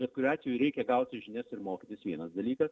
bet kuriuo atveju reikia gauti žinias ir mokytis vienas dalykas